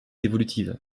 évolutive